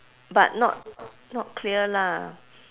but not not clear lah